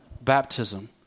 Baptism